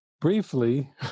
briefly